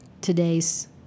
today's